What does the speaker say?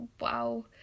wow